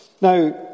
Now